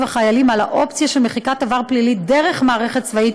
החיילים לאופציה של מחיקת עבר פלילי דרך המערכת הצבאית